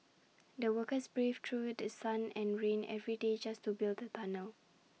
the workers braved through The Sun and rain every day just to build the tunnel